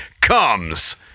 comes